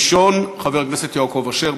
של חברי הכנסת יעקב אשר,